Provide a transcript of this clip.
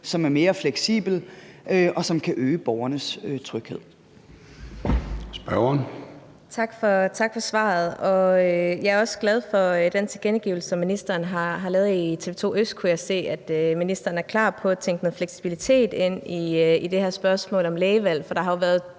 Spørgeren. Kl. 13:16 Susie Jessen (DD): Tak for svaret, og jeg er også glad for den tilkendegivelse, som ministeren er kommet med i TV2 ØST; der kunne jeg se, at ministeren er klar til at tænke noget fleksibilitet ind i det her spørgsmål om lægevalg,